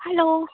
hello